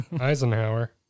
Eisenhower